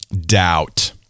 doubt